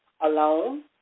Alone